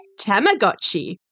Tamagotchi